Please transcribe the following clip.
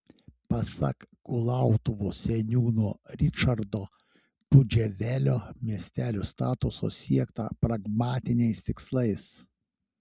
pasak kulautuvos seniūno ričardo pudževelio miestelio statuso siekta pragmatiniais tikslais